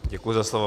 Děkuji za slovo.